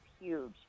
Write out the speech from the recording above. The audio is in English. huge